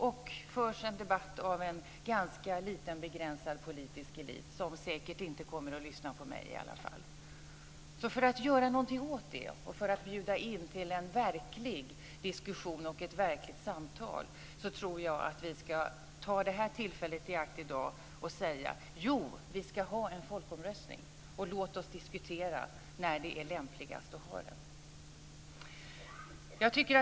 Det förs en debatt av en ganska liten begränsad politisk elit som säkert inte kommer att lyssna på mig i alla fall. För att göra någonting åt det och för att bjuda in till en verklig diskussion och ett verkligt samtal tror jag att vi ska tillfället i akt i dag och säga: Jo, vi ska ha en folkomröstning, och låt oss diskutera när det är lämpligast att ha den.